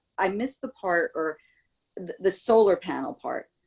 i missed the part or the solar panel part